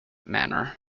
manner